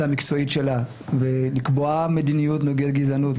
המקצועית שלה ולקבוע מדיניות נוגדת גזענות.